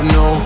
no